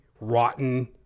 rotten